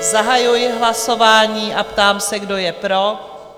Zahajuji hlasování a ptám se, kdo je pro?